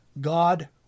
God